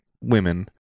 women